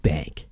Bank